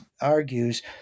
argues